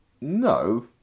no